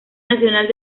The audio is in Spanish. nacional